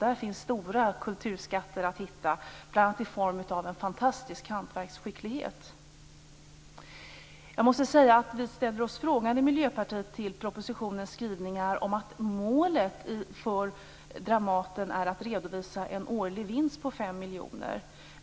Där finns stora kulturskatter att hitta, bl.a. i form av en fantastisk hantverksskicklighet. Jag måste säga att Miljöpartiet ställer sig frågande till propositionens skrivningar om att målet för Dramaten är att redovisa en årlig vinst på 5 miljoner.